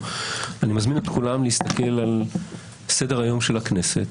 אני מזמין את כולם להסתכל על סדר-היום של הכנסת,